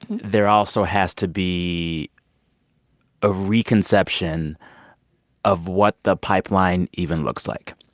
there also has to be a re-conception of what the pipeline even looks like.